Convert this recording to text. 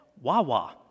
Wawa